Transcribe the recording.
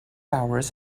hours